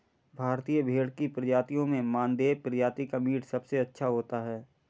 भारतीय भेड़ की प्रजातियों में मानदेय प्रजाति का मीट सबसे अच्छा होता है